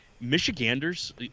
Michiganders